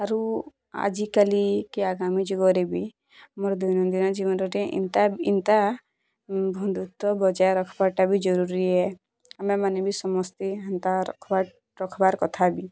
ଆରୁ ଆଜିକାଲି କି ଆଗାମୀ ଯୁଗରେ ବି ମୋର୍ ଦୈନଦିନ ଜୀବନରେ ଏନ୍ତା ଏନ୍ତା ବନ୍ଧୁତ୍ୱ ବଜାୟ ରଖବାର୍ ଟା ବି ଜରୁରୀ ଏ ଆମେ ମାନେ ବି ସମସ୍ତେ ହେନ୍ତା ରଖବାର୍ କଥା ବି